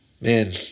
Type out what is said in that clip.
man